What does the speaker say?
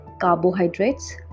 carbohydrates